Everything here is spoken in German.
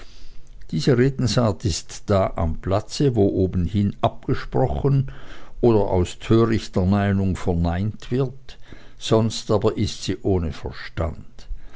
diese redensart ist da am platze wo obenhin abgesprochen oder aus törichter neigung verneint wird sonst aber ist sie ohne verstand